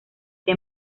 que